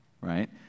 Right